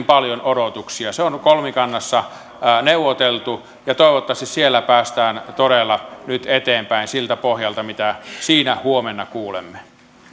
paljon odotuksia se on kolmikannassa neuvoteltu toivottavasti nyt päästään todella eteenpäin siltä pohjalta mitä siitä huomenna kuulemme